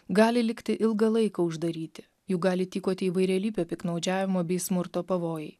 gali likti ilgą laiką uždaryti jų gali tykoti įvairialypio piktnaudžiavimo bei smurto pavojai